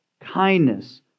kindness